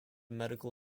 medical